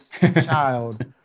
child